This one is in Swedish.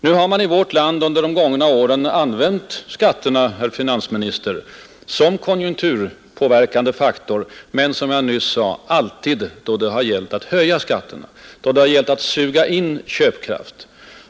Nu har man i vårt land under de gångna åren använt skatterna, herr finansminister, som konjunkturpåverkande faktor, men som jag nyss sade, alltid då det gäller att höja skatterna, då det gällt att suga in köpkraft.